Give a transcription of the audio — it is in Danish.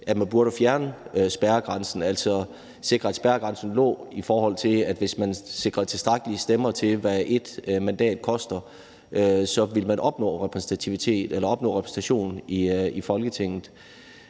at man burde fjerne spærregrænsen og altså sikre, at spærregrænsen lå sådan, at hvis man sikrede tilstrækkeligt med stemmer til, hvad et mandat koster, så ville man opnå repræsentation i Folketinget.